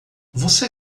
você